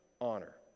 honor